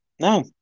No